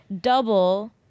double